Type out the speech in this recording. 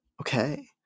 Okay